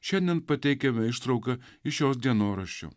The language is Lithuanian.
šiandien pateikiame ištrauką iš jos dienoraščių